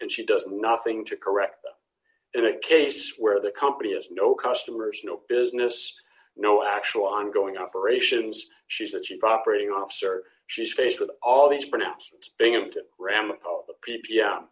and she does nothing to correct them in a case where the company has no customers no business no actual ongoing operations she's the chief operating officer she's faced with all these pronouncements binghamton